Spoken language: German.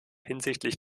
hinsichtlich